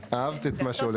אהבת את מה שהולך פה.